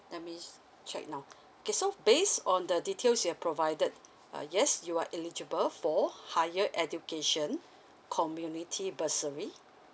let me check now okay so based on the details you have provided uh yes you are eligible for higher education community bursary